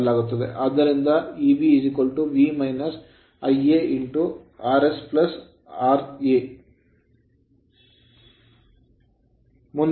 ಆದ್ದರಿಂದ Eb V Ia RS ra